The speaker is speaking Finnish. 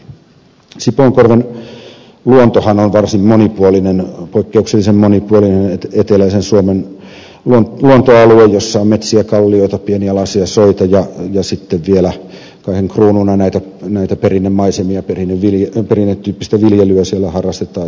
sipoonkorven luontohan on varsin monipuolinen poikkeuksellisen monipuolinen eteläisen suomen luontoalue jossa on metsiä kallioita pienialaisia soita ja sitten vielä kaiken kruununa siellä on näitä perinnemaisemia ja perinnetyyppistä viljelyä siellä harrastetaan